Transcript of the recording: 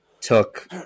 took –